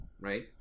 right